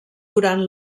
durant